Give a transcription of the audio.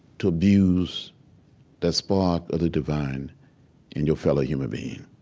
to abuse that spark of the divine in your fellow human being